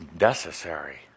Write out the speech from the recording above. necessary